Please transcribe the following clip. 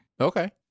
Okay